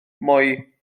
moi